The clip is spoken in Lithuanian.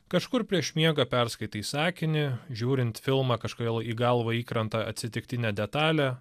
kažkur prieš miegą perskaitai sakinį žiūrint filmą kažkodėl į galvą įkrenta atsitiktinė detalė